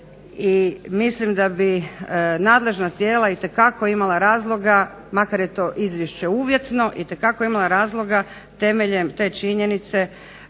I mislim da bi nadležna tijela itekako imala razloga, makar je to izvješće uvjetno, itekako imala razloga temeljem te činjenice